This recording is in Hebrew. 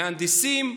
המהנדסים,